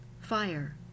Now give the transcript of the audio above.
fire